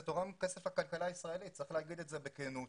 זה תורם כסף לכלכלה הישראלית וצריך לומר זאת בכנות